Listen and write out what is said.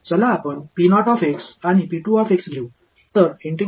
நாம் மற்றும் எடுத்துக்கொள்வோம் ஆகையால் நான் பெறப் போகிறேன்